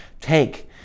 take